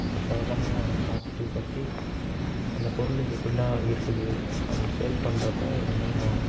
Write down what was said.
சொல்லப்போனால் பாசிட்டிவ் பற்றி அந்த பொருள் எப்படிலாம் இருக்குது அதை சேல் பண்ணுறப்ப என்னென்ன